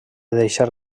deixar